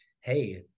Hey